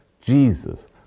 Jesus